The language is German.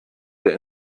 der